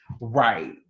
Right